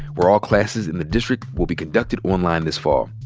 where all classes in the district will be conducted online this fall.